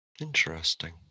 interesting